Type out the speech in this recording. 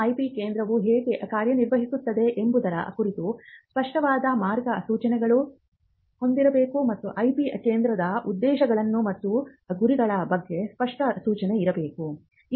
IP ಕೇಂದ್ರವು ಹೇಗೆ ಕಾರ್ಯನಿರ್ವಹಿಸುತ್ತದೆ ಎಂಬುದರ ಕುರಿತು ಸ್ಪಷ್ಟವಾದ ಮಾರ್ಗಸೂಚಿಗಳನ್ನು ಹೊಂದಿರಬೇಕು ಮತ್ತು IP ಕೇಂದ್ರದ ಉದ್ದೇಶಗಳು ಮತ್ತು ಗುರಿಗಳ ಬಗ್ಗೆ ಸ್ಪಷ್ಟ ಸೂಚನೆ ಇರಬೇಕು